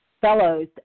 fellows